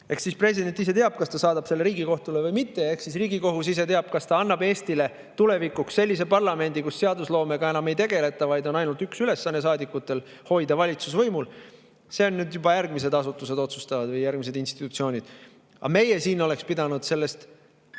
Eks siis president ise teab, kas ta saadab selle Riigikohtule või mitte. Eks siis Riigikohus ise teab, kas ta annab Eestile tulevikuks sellise parlamendi, kus seadusloomega enam ei tegeleta, vaid saadikutel on ainult üks ülesanne: hoida valitsust võimul. Seda otsustavad juba järgmised asutused või järgmised institutsioonid. Aga meie siin oleks pidanud sellest